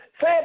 say